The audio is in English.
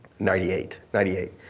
ninety eight. ninety eight.